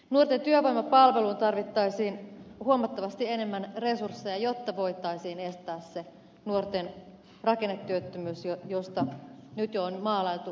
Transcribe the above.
nuorten työvoimapalveluun tarvittaisiin huomattavasti enemmän resursseja jotta voitaisiin estää se nuorten rakennetyöttömyys josta nyt jo on maalailtu uhkakuvia